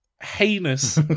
heinous